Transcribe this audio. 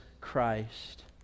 Christ